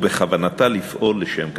ובכוונתה לפעול לשם כך.